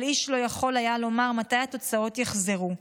אבל איש לא יכול היה לומר מתי התוצאות יחזרו.